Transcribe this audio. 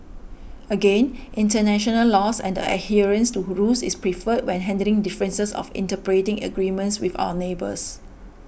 again international laws and the adherence to rules is preferred when handling differences of interpreting agreements with our neighbours